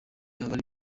abari